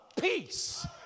peace